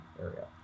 area